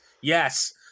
Yes